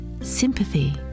sympathy